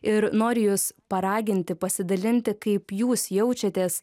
ir noriu jus paraginti pasidalinti kaip jūs jaučiatės